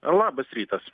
labas rytas